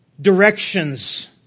directions